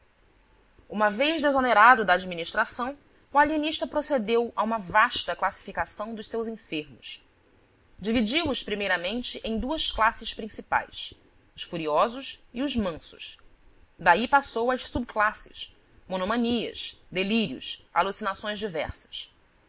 uma vez desonerado da administração o alienista procedeu a uma vasta classificação dos seus enfermos dividiu os primeiramente em duas classes principais os furiosos e os mansos daí passou às subclasses monomanias delírios alucinações diversas